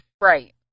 right